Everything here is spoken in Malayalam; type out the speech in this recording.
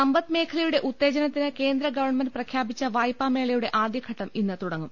സമ്പദ് മേഖലയുടെ ഉത്തേജനത്തിന് കേന്ദ്ര ഗവൺമെന്റ് പ്രഖ്യാപിച്ച വായ്പാമേളയുടെ ആദ്യഘട്ടം ഇന്ന് തുട ങ്ങും